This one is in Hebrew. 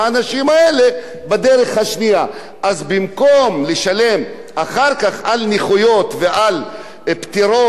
אז במקום לשלם אחר כך על נכויות ועל פטירות ועל מחלות מקצוע,